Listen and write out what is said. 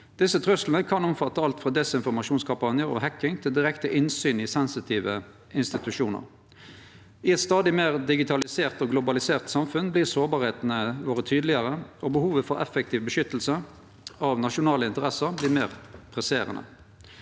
Desse truslane kan omfatte alt frå desinformasjonskampanjar og hacking til direkte innsyn i sensitive insti tusjonar. I eit stadig meir digitalisert og globalisert samfunn vert sårbarheitene våre tydelegare, og behovet for effektiv beskyttelse av nasjonale interesser vert meir presserande.